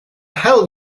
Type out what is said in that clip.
hell